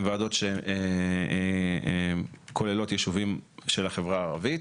ועדות שכוללות ישובים של החברה הערבית,